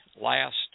last